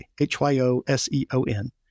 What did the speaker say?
H-Y-O-S-E-O-N